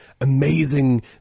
amazing